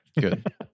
Good